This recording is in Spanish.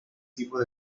tipo